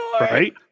Right